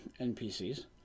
NPCs